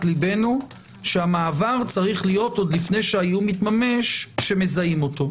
לבנו שהמעבר צריך להיות עוד לפני שהאיום מתממש כשמזהים אותו.